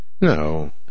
No